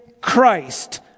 Christ